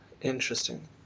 interesting